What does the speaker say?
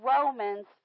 Romans